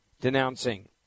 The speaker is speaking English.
denouncing